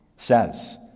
says